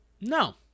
no